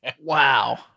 Wow